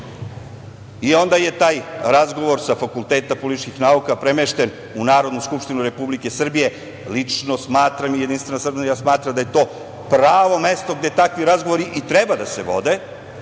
je taj razgovor sa Fakulteta političkih nauka premešten u Narodnu skupštinu Republike Srbije. Lično smatram i Jedinstvena Srbija smatra da je to pravo mesto gde takvi razgovori i treba da se vode,